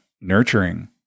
nurturing